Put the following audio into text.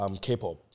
K-pop